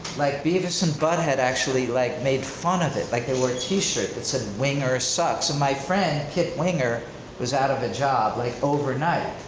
like beavis and butthead actually like made fun of it. like they wore a t-shirt that said winger ah sucks. and my friend, kip winger was out of a job like overnight.